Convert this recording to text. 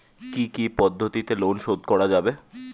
কি কি পদ্ধতিতে লোন শোধ করা যাবে?